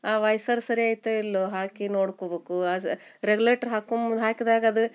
ಆ ವೈಸರ್ ಸರಿ ಐತೋ ಇಲ್ವೋ ಹಾಕಿ ನೋಡ್ಕೋಬೇಕು ಸ್ ರೆಗ್ಲೇಟ್ರ್ ಹಾಕು ಮು ಹಾಕಿದಾಗ ಅದು